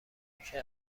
همیشه